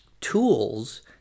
tools